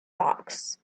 box